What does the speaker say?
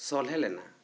ᱥᱚᱞᱦᱮ ᱞᱮᱱᱟ